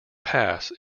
pass